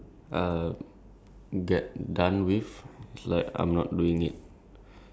then the things that I'm supposed to be the things that I'm supposed to